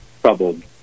troubled